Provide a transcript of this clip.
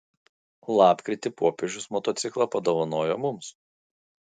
lapkritį popiežius motociklą padovanojo mums